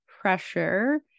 pressure